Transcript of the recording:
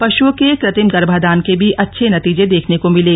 पशुओं के कत्रिम गर्भाधान के भी अच्छे नतीजे देखने को मिले